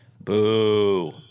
Boo